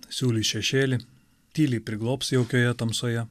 siūlys šešėlį tyliai prieglobs jaukioje tamsoje